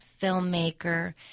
filmmaker